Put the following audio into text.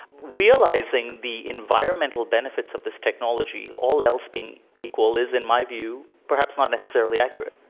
realizing the environmental benefits of this technology all else being equal is in my view perhaps not necessarily accurate.